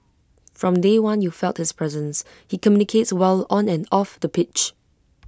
from day one you felt his presence he communicates well on and off the pitch